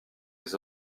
les